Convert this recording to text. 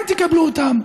כן תקבלו אותם,